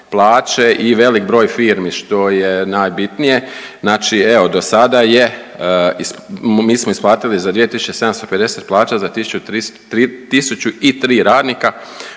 plaće i velik broj firmi, što je najbitnije, znači evo do sada je, mi smo isplatili za 2750 plaća za 1003 radnika,